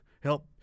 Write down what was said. help